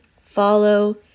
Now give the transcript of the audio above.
follow